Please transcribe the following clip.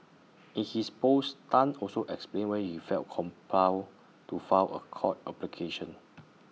in his post Tan also explained why he felt compelled to file A court application